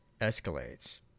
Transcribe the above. escalates